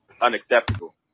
unacceptable